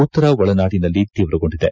ಉತ್ತರ ಒಳನಾಡಿನಲ್ಲಿ ತೀವ್ರಗೊಂಡಿದೆ